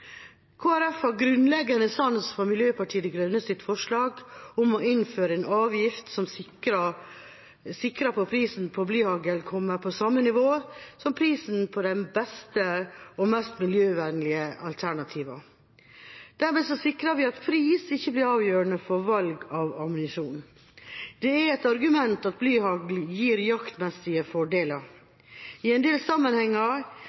har grunnleggende sans for Miljøpartiet De Grønnes representantforslag om å innføre en avgift som sikrer at prisen på blyhagl kommer på samme nivå som prisen på de beste og mest miljøvennlige alternativene. Dermed sikrer vi at pris ikke blir avgjørende for valg av ammunisjon. Det er et argument at blyhagl gir jaktmessige fordeler. I en del sammenhenger